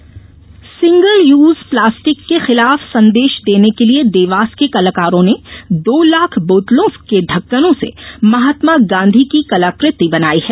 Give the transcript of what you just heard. plastic कलाकृति single use plastic के खिलाफ संदेश देने के लिये देवास के कलाकारों ने दो लाख बोतलों के ढ़क्कनों से महात्मा गांधी की कलाकृति बनाई है